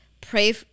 pray